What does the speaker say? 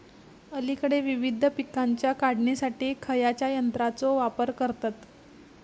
अलीकडे विविध पीकांच्या काढणीसाठी खयाच्या यंत्राचो वापर करतत?